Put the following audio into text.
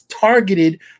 targeted